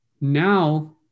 now